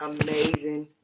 amazing